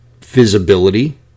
visibility